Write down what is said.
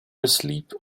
asleep